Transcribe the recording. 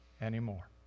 Anymore